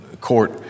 court